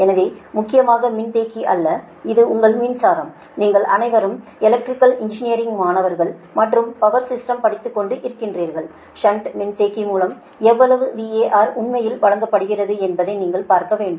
எனவே முக்கியமாக மின்தேக்கி அல்ல இது உங்கள் மின்சாரம் நீங்கள் அனைவரும் எலக்ட்ரிக்கல் இன்ஜினியரிங் மாணவர்கள் மற்றும் பவர் சிஸ்டம் படித்துக்கொண்டு இருக்கிறீர்கள் ஷன்ட் மின்தேக்கி மூலம் எவ்வளவு VAR உண்மையில் வழங்கப்படுகிறது என்பதை நீங்கள் பார்க்க வேண்டும்